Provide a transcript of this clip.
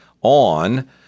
on